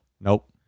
Nope